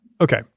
okay